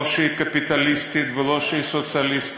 לא שהיא קפיטליסטית ולא שהיא סוציאליסטית.